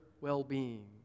well-being